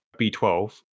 B12